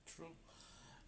true